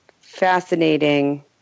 fascinating